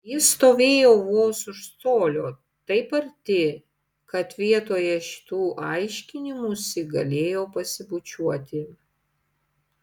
jis stovėjo vos už colio taip arti kad vietoje šitų aiškinimųsi galėjo pasibučiuoti